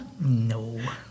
No